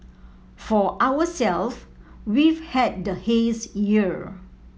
for ourselves we've had the haze year